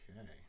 Okay